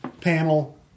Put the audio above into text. panel